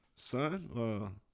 Son